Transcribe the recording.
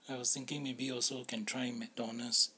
I was thinking maybe also can try mcdonald's